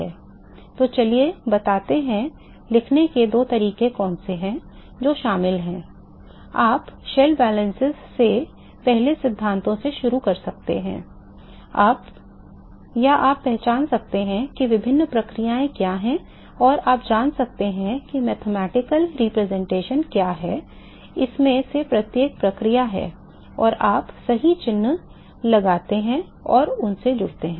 तो चलिए बताते हैं लिखने के 2 तरीके कौन से हैं जो शामिल हैं आप शेल बैलेंस से पहले सिद्धांतों से शुरू कर सकते हैं या आप पहचान सकते हैं कि विभिन्न प्रक्रियाएं क्या हैं और आप जान सकते हैं कि गणितीय प्रतिनिधित्व क्या है इनमें से प्रत्येक प्रक्रिया है और आप सही चिह्न लगाते हैं और उनसे जुड़ते हैं